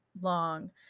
long